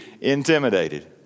intimidated